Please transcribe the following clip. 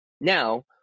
Now